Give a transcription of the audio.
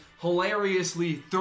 hilariously